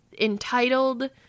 entitled